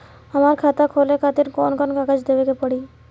हमार खाता खोले खातिर कौन कौन कागज देवे के पड़ी?